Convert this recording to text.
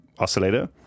Oscillator